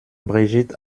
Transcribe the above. brigitte